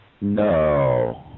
No